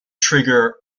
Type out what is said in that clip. trigger